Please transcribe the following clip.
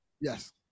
Yes